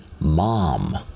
mom